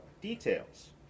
details